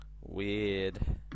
Weird